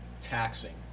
taxing